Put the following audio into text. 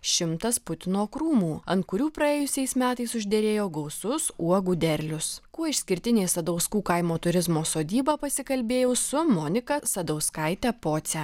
šimtas putino krūmų ant kurių praėjusiais metais užderėjo gausus uogų derlius kuo išskirtinė sadauskų kaimo turizmo sodyba pasikalbėjau su monika sadauskaite poce